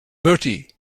bertie